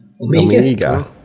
Omega